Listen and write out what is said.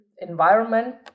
environment